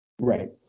right